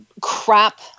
crap